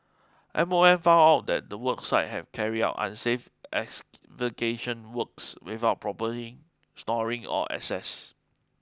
M O M found out that the work site had carried out unsafe excavation works without propering storing or access